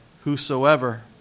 whosoever